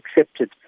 accepted